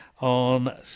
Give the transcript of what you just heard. on